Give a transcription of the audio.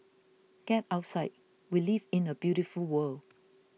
get outside we live in a beautiful world